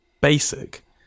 basic